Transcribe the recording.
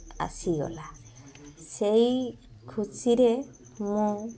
ଆସିଗଲା ସେହି ଖୁସିରେ ମୁଁ